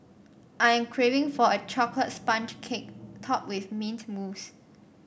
I am craving for a chocolate sponge cake topped with mint mousse